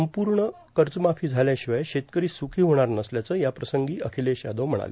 संपूर्ण कर्जमाफी झाल्याशिवाय शेतकरी सुखी होणार नसल्याचं याप्रसंगी अखिलेश यादव म्हणाले